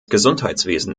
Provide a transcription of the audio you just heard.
gesundheitswesen